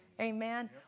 Amen